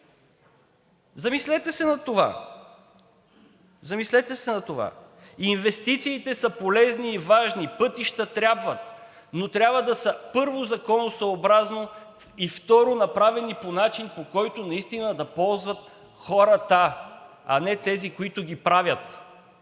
Замислете се над това. Замислете се над това! Инвестициите са полезни и важни – пътища трябват, но трябва да са, първо, законосъобразно, и второ, направени по начин, по който наистина да ползват хората, а не тези, които ги правят.